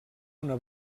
una